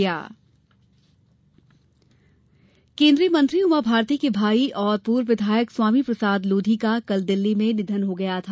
लोधी निधन केन्द्रीय मंत्री उमाभारती के भाई और पूर्व विधायक स्वामी प्रसाद लोधी का कल दिल्ली में निधन होगया था